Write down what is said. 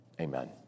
Amen